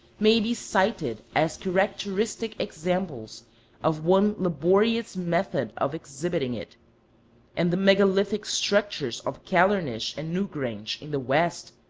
may be cited as characteristic examples of one laborious method of exhibiting it and the megalithic structures of callernish and newgrange, in the west,